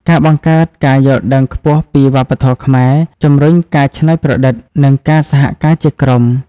ការបង្កើតការយល់ដឹងខ្ពស់ពីវប្បធម៌ខ្មែរ ជំរុញការច្នៃប្រឌិត និងការសហការជាក្រុម។